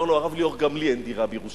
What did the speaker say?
אומר לו הרב ליאור: גם לי אין דירה בירושלים.